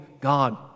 God